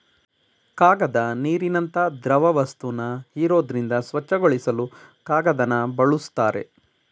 ಕಾಗದ ನೀರಿನಂತ ದ್ರವವಸ್ತುನ ಹೀರೋದ್ರಿಂದ ಸ್ವಚ್ಛಗೊಳಿಸಲು ಕಾಗದನ ಬಳುಸ್ತಾರೆ